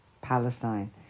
Palestine